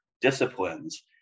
disciplines